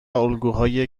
الگوهای